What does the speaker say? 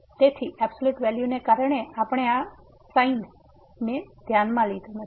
તેથી absolute value ને કારણે આપણે આ sin ને ધ્યાનમાં લીધું નથી